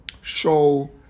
show